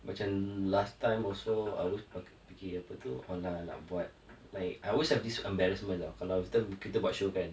macam last time also I was pakai fikir apa tu !alah! nak buat like I always have this embarrassment [tau] kalau everytime kita buat show kan